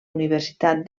universitat